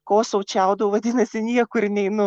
kosau čiaudau vadinasi niekur neinu